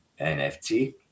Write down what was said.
nft